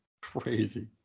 Crazy